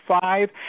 five